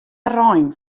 rein